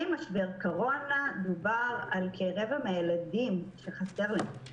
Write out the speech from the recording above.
משבר הקורונה דובר על כרבע מהילדים שחסר להם.